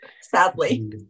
Sadly